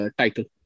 title